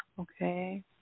Okay